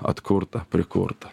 atkurta prikurta